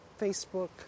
Facebook